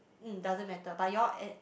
mm doesn't matter but you all at